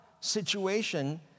situation